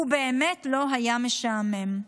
ובאמת לא היה משעמם.